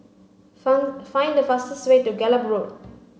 find the fastest way to Gallop Road